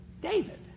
David